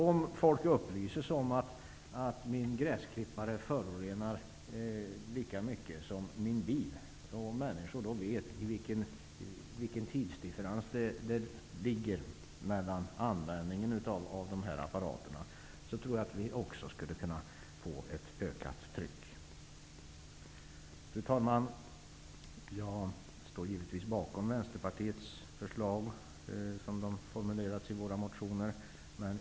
Om folk upplyses om att deras gräsklippare förorenar lika mycket som deras bil, och de då vet vilken tidsdifferensen för användningen av dessa båda är, tror jag att vi också skulle kunna få ett ökat tryck. Fru talman! Jag står givetvis bakom Vänsterpartiets förslag såsom de är formulerade i våra motioner.